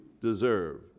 deserve